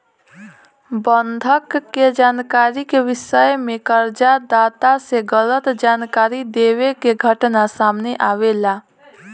बंधक के जानकारी के विषय में कर्ज दाता से गलत जानकारी देवे के घटना सामने आवेला